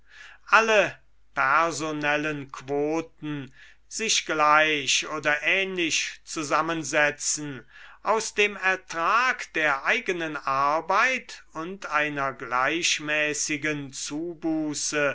alle personellen quoten sich gleich oder ähnlich zusammensetzen aus dem ertrag der eigenen arbeit und einer gleichmäßigen